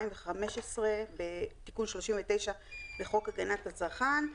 תיקון מס' 39 לחוק הגנת הצרכן,